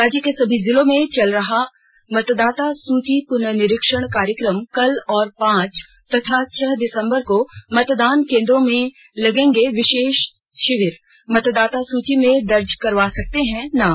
राज्य के सभी जिलों में चल रहा मतदाता सूची पुनरीक्षण कार्यक्रम कल और पांच तथा छह दिसंबर को मतदान केंद्रों में लगेंगे विशेष शिविर मतदाता सूची में दर्ज करवा सकते हैं नाम